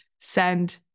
send